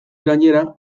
gainera